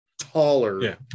taller